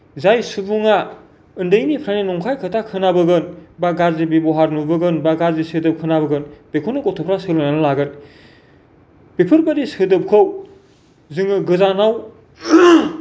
जाय सुबुंआ उन्दैनिफ्रायनो नंखाय खोथा खोनाबोगोन बा गाज्रि बेब'हार नुबोगोन बा गाज्रि सोदोब खोनाबोगोन बेखौनो गथ'फ्रा सोलोंनानै लागोन बेफोरबादि सोदोबखौ जोङो गोजानाव